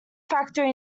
factory